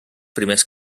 primers